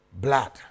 blood